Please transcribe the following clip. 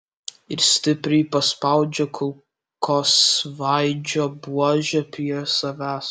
ir stipriai paspaudžiu kulkosvaidžio buožę prie savęs